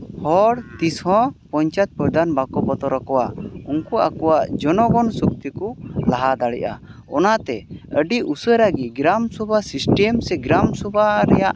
ᱦᱚᱲ ᱛᱤᱥᱦᱚᱸ ᱯᱚᱧᱪᱟᱭᱮᱛ ᱯᱨᱚᱫᱷᱟᱱ ᱵᱟᱠᱚ ᱵᱚᱛᱚᱨ ᱟᱠᱚᱣᱟ ᱩᱱᱠᱩ ᱟᱠᱚᱣᱟᱜ ᱡᱚᱱᱚᱜᱚᱱ ᱥᱚᱠᱛᱤ ᱠᱚ ᱞᱟᱦᱟ ᱫᱟᱲᱮᱭᱟᱜᱼᱟ ᱚᱱᱟᱛᱮ ᱟᱹᱰᱤ ᱩᱥᱟᱹᱨᱟ ᱜᱮ ᱜᱨᱟᱢ ᱥᱚᱵᱷᱟ ᱥᱤᱥᱴᱮᱢ ᱜᱨᱟᱢ ᱥᱚᱵᱷᱟ ᱨᱮᱭᱟᱜ